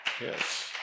Yes